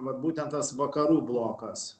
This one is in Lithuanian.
va būtent tas vakarų blokas